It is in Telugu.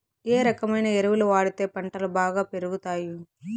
ఏ రకమైన ఎరువులు వాడితే పంటలు బాగా పెరుగుతాయి?